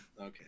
Okay